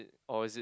or is it